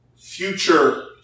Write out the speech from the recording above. future